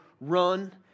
run